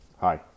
Hi